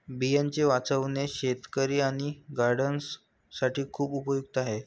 बियांचे वाचवणे शेतकरी आणि गार्डनर्स साठी खूप उपयुक्त आहे